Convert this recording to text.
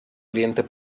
oriente